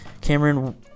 Cameron